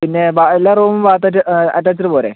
പിന്നെ ബാ എല്ലാ റൂമും ബാത്ത് അറ്റാച്ച് അറ്റാച്ചഡ് പോരേ